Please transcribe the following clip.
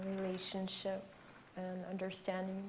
relationship and understanding